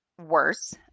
worse